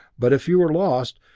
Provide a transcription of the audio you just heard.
but if you were lost,